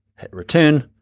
hit return,